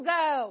go